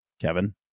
Kevin